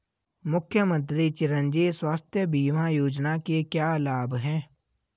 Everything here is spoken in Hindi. मुख्यमंत्री चिरंजी स्वास्थ्य बीमा योजना के क्या लाभ हैं?